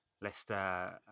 Leicester